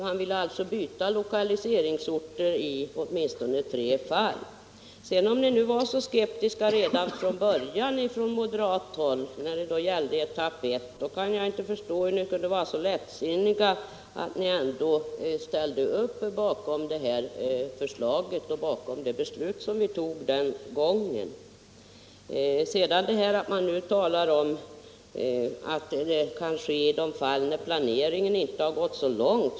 Han ville byta lokaliseringsort i åtminstone tre fall. Om ni var så skeptiska redan från början på moderat håll när det gäller etapp 1 kan jag inte förstå hur ni kunde vara så lättsinniga att ställa upp bakom det beslut vi tog den gången. Man talar nu om att en ändring kan ske i de fall där planeringen inte kommit så långt.